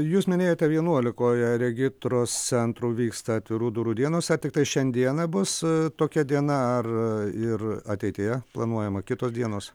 jūs minėjote vienuolikoje regitros centrų vyksta atvirų durų dienos ar tiktai šiandieną bus tokia diena ar ir ateityje planuojama kitos dienos